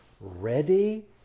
ready